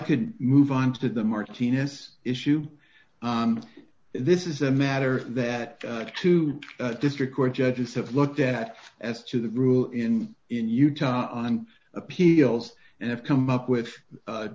could move on to the martinez issue this is a matter that the two district court judges have looked at as to the rule in in utah on appeals and have come up with